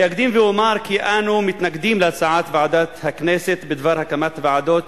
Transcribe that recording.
אני אקדים ואומר כי אנו מתנגדים להצעת ועדת הכנסת בדבר הקמת ועדות